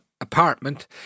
apartment